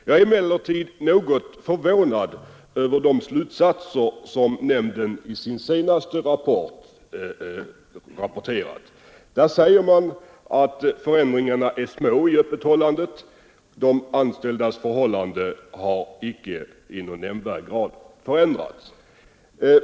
Jag är emellertid något förvånad över de slutsatser som nämnden i sin senaste rapport har dragit. Där säger man att förändringarna i öppethållandet är små och att de anställdas förhållanden icke i nämnvärd grad har förändrats.